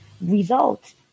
result